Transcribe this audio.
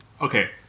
Okay